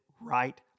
right